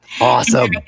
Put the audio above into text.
Awesome